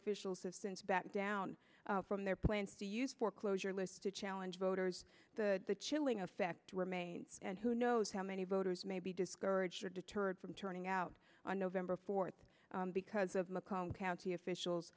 officials have since backed down from their plans to use foreclosure lists to challenge voters the the chilling effect remains and who knows how many voters may be discouraged or deterred from turning out on november fourth because of mccollum county officials